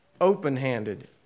open-handed